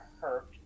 hurt